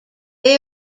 they